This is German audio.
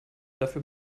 dafür